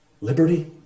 Liberty